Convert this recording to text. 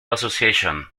association